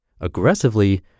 Aggressively